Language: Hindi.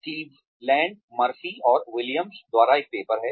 क्लीवलैंड मर्फी और विलियम्स द्वारा एक पेपर है